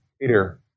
Peter